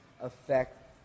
affect